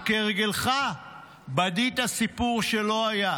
וכהרגלך בדית סיפור שלא היה,